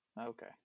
Okay